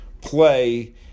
play